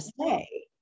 say